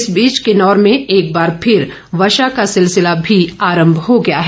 इस बीच किन्नौर में एक बार फिर वर्षा का सिलसिला भी आरम्भ हो गया है